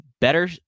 better